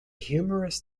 humorous